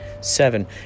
seven